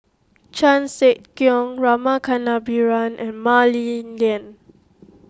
Chan Sek Keong Rama Kannabiran and Mah Li Lian